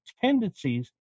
tendencies